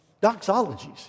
Doxologies